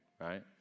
right